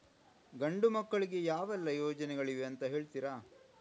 ಗಂಡು ಮಕ್ಕಳಿಗೆ ಯಾವೆಲ್ಲಾ ಯೋಜನೆಗಳಿವೆ ಅಂತ ಹೇಳ್ತೀರಾ?